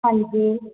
ਹਾਂਜੀ